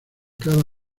cada